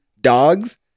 dogs